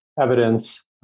evidence